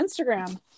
Instagram